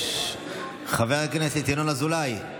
חבר הכנסת ינון אזולאי.